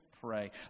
pray